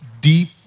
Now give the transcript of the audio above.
deep